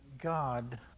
God